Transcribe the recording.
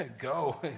go